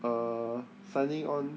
uh signing on